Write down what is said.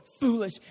foolish